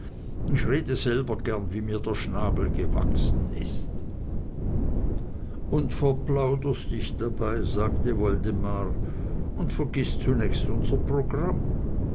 ich rede selber gern wie mir der schnabel gewachsen ist und verplauderst dich dabei sagte woldemar und vergißt zunächst unser programm